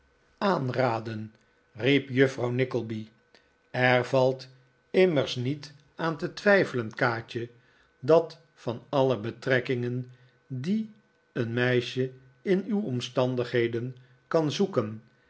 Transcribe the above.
aanraden riep juffrouw nickleby er valt immers niet aan te twijfelen kaatje dat van alle betrekkingen die een meisje in uw omstandigheden kan zoeken